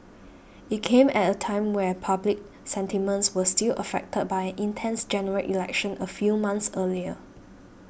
it came at a time when I public sentiments were still affected by an intense General Election a few months earlier